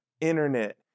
Internet